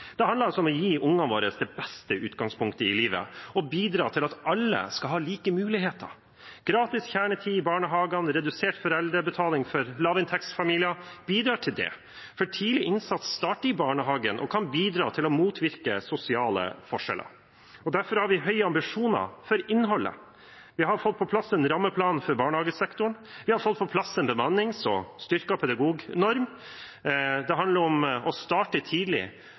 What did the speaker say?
Det handler om å gi ungene våre det beste utgangspunktet i livet og bidra til at alle skal ha like muligheter. Gratis kjernetid i barnehagene og redusert foreldrebetaling for lavinntektsfamilier bidrar til det. Tidlig innsats starter i barnehagen og kan bidra til å motvirke sosiale forskjeller, derfor har vi høye ambisjoner for innholdet. Vi har fått på plass en rammeplan for barnehagesektoren, vi har fått på plass en bemanningsnorm og en styrket pedagognorm. Det handler om å starte tidlig